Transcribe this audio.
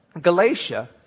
Galatia